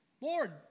Lord